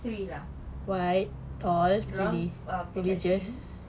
three lah dia orang um perfect skin